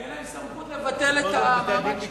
תהיה להם סמכות לבטל את המעמד,